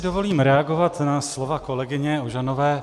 Dovolím si reagovat na slova kolegyně Ožanové.